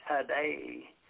today